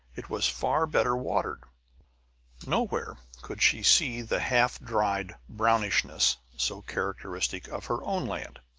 it was far better watered nowhere could she see the half-dried brownishness so characteristic of her own land.